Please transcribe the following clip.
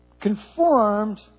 Conformed